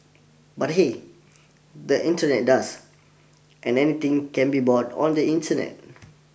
but hey the Internet does and anything can be bought on the Internet